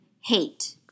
hate